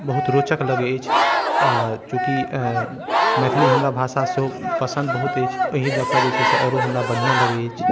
बहुत रोचक लगैत अछि आओर चूँकि मैथिली हमरा भाषा सेहो पसन्द बहुत अछि ओहि लऽ कऽ सेहो हमरा बढ़िऑं लगै अछि